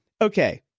okay